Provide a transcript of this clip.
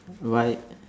right